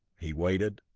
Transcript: he waited,